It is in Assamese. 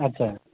আচ্ছা